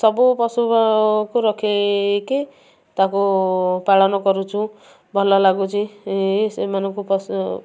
ସବୁ ପଶୁ କୁ ରଖିକି ତାକୁ ପାଳନ କରୁଛୁ ଭଲ ଲାଗୁଛି ସେମାନଙ୍କୁ ପଶୁ